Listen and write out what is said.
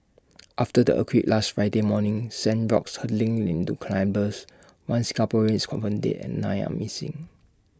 after the earthquake last Friday morning sent rocks hurtling into climbers one Singaporean is confirmed dead and nine are missing